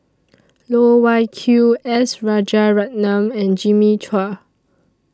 Loh Wai Kiew S Rajaratnam and Jimmy Chua